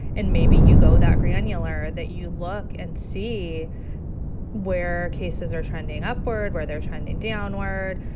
and maybe you go that granular, that you look and see where cases are trending upward, where they're trending downward,